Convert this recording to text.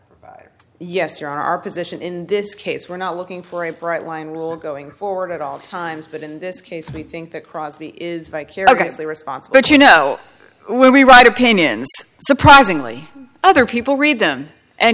or yes your our position in this case we're not looking for a bright line rule going forward at all times but in this case we think that crosby is vicariously response but you know we write opinions surprisingly other people read them and